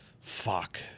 fuck